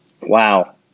Wow